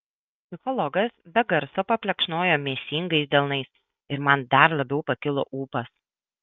psichologas be garso paplekšnojo mėsingais delnais ir man dar labiau pakilo ūpas